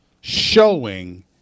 showing –